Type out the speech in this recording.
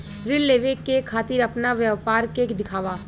ऋण लेवे के खातिर अपना व्यापार के दिखावा?